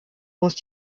muss